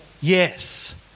Yes